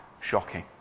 shocking